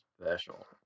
special